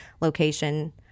location